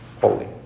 holy